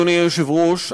אדוני היושב-ראש,